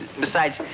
besides,